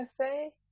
cafe